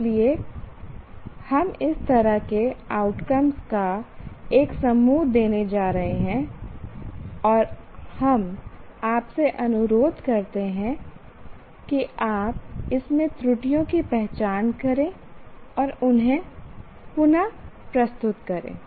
इसलिए हम इस तरह के आउटकम का एक समूह देने जा रहे हैं और हम आपसे अनुरोध करते हैं कि आप इसमें त्रुटियों की पहचान करें और उन्हें पुन प्रस्तुत करें